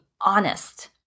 honest